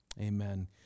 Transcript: Amen